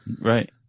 Right